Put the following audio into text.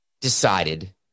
decided